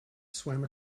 swam